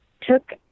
took